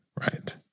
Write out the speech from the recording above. Right